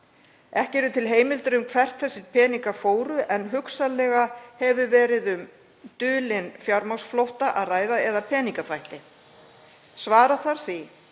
Ekki eru til heimildir um hvert þessir peningar fóru en hugsanlega hefur verið um dulinn fjármagnsflótta að ræða eða peningaþvætti. Svara þarf því